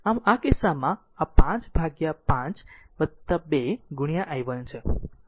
આમ આ કિસ્સામાં આ 5 ભાગ્યા 5 2 i 1 છે